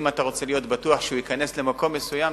אם אתה רוצה להיות בטוח שהוא ייכנס למקום מסוים,